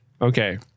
Okay